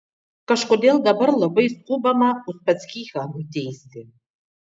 kažkodėl dabar labai skubama uspaskichą nuteisti